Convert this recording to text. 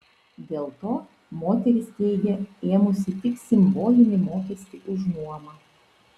dėl to moteris teigia ėmusi tik simbolinį mokestį už nuomą